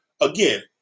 again